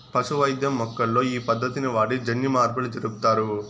పశు వైద్యం మొక్కల్లో ఈ పద్దతిని వాడి జన్యుమార్పులు జరుపుతారు